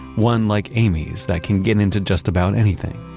one like amy's, that can get into just about anything.